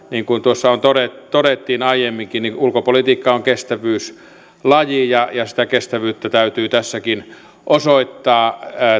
niin kuin tuossa todettiin todettiin aiemminkin niin ulkopolitiikka on kestävyyslaji ja sitä kestävyyttä täytyy tässäkin osoittaa